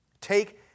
take